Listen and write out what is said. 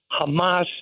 Hamas